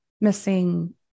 missing